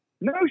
No